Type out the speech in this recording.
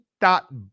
dot